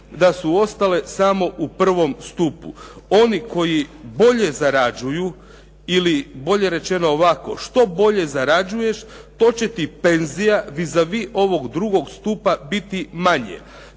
da su ostale samo u prvom stupu. Oni koji bolje zarađuju ili bolje rečeno ovako što bolje zarađuješ to će ti penzija vis a vis ovog drugog stupa biti manje.